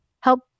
help